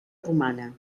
romana